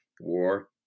war